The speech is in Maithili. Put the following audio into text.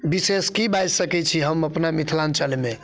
विशेष कि बाजि सकै छी हम अपना मिथिलाञ्चलमे